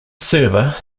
server